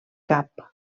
cap